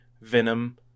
Venom